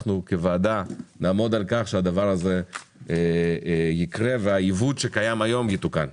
אנחנו כוועדה נעמוד על כך שהדבר הזה יקרה והעיוות שקיים היום יתוקן.